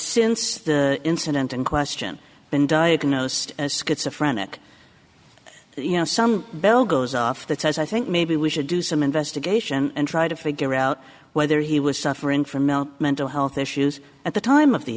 since the incident in question been diagnosed as schizo phrenic you know some bell goes off that says i think maybe we should do some investigation and try to figure out whether he was suffering from mental health issues at the time of the